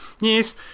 Yes